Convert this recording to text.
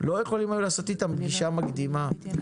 איתם פגישה מקדימה?